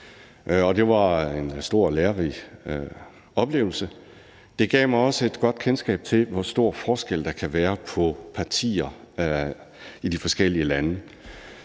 Det var en stor og lærerig oplevelse. Det gav mig også et godt kendskab til, hvor stor forskel der kan være på partier i de forskellige lande.